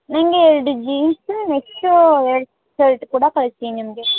ನನಗೆ ಎರಡು jeans next ಎರಡು ಶರ್ಟ್ ಕೂಡ ಕಳಿಸಿ ನಿಮಗೆ